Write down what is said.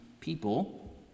people